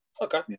Okay